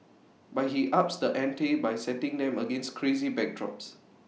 but he ups the ante by setting them against crazy backdrops